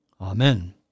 Amen